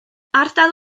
adran